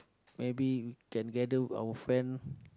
maybe can gather our friend